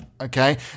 Okay